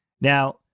Now